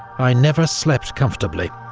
i never slept comfortably.